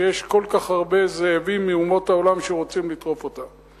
שיש כל כך הרבה זאבים מאומות העולם שרוצים לטרוף אותה.